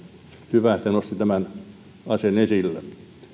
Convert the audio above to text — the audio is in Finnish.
hyvä että se nosti tämän asian esille